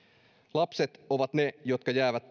lapset ovat ne jotka jäävät